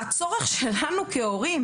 הצורך שלנו כהורים